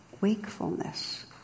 wakefulness